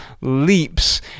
leaps